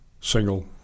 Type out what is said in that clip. single